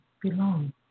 belong